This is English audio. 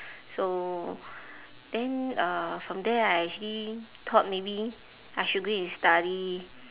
so then uh from there I actually thought maybe I should go and study